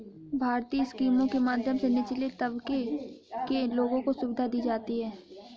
भारतीय स्कीमों के माध्यम से निचले तबके के लोगों को सुविधा दी जाती है